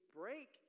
break